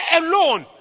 alone